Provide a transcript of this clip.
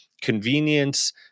convenience